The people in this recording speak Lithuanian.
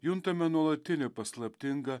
juntame nuolatinį paslaptingą